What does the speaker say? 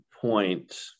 point